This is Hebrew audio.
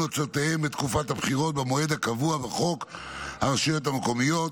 הוצאותיהם בתקופת הבחירות במועד הקבוע בחוק הרשויות המקומיות